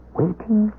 waiting